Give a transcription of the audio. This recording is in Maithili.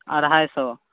अढ़ाइ सए